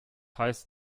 heißt